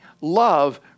love